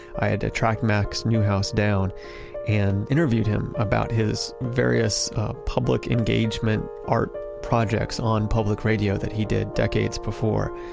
i had to track max neuhaus down and interviewed him about his various public engagement art projects on public radio that he did decades before.